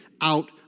out